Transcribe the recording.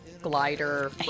glider